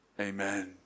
Amen